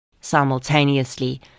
Simultaneously